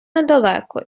недалеко